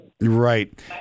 Right